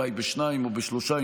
אולי בשניים או שלושה,